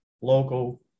local